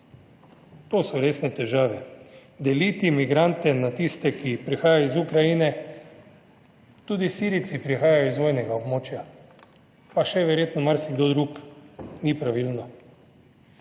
To so resne težave. Deliti migrante na tiste, ki prihajajo iz Ukrajine, tudi Sirijci prihajajo iz vojnega območja, pa še verjetno marsikdo drug, ni pravilno.